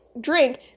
drink